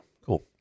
Cool